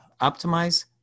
optimize